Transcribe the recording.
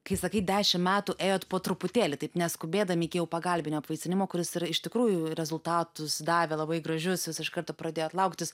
kai sakai dešim metų ėjot po truputėlį taip neskubėdami iki jau pagalbinio apvaisinimo kuris yra iš tikrųjų rezultatus davė labai gražius jūs iš karto pradėjot lauktis